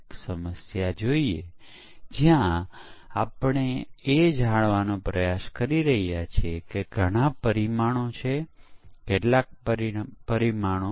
capers Jones જે આ ક્ષેત્રના આગળ પડતાં છે તેમણે IEEE કમ્પ્યુટરમાં 1996 માં સીમાચિહ્ન પેપર પ્રકાશિત કર્યું